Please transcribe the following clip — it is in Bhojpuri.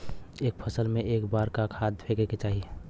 एक फसल में क बार खाद फेके के चाही?